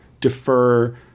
defer